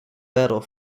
battle